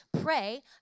pray